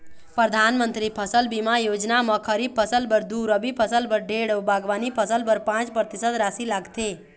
परधानमंतरी फसल बीमा योजना म खरीफ फसल बर दू, रबी फसल बर डेढ़ अउ बागबानी फसल बर पाँच परतिसत रासि लागथे